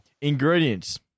Ingredients